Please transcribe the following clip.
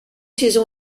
saison